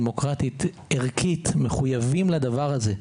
דמוקרטית וערכית מחויבים לדבר הזה.